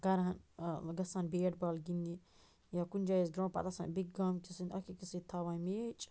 کران گژھان bat ball گِنٛدنہِ یا کُنہِ جایہِ آسہِ گرٛو پَتہٕ آسان بیٚکۍ گامہٕ چہِ سٕنٛدۍ اَکھ أکِس سۭتۍ تھاوان میچ